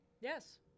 Yes